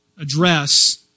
address